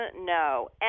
no